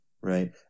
right